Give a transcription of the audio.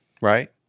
right